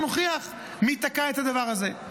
נוכיח מי תקע את הדבר הזה.